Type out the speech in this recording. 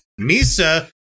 Misa